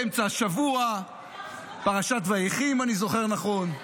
יום באמצע השבוע, פרשת ויחי, אם אני זוכר נכון.